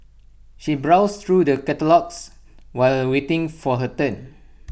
she browsed through the catalogues while waiting for her turn